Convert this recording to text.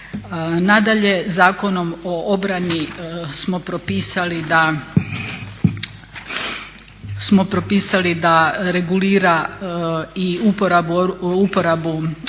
Nadalje, Zakonom o obrani smo propisali da regulira i uporabu Oružanih